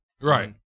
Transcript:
Right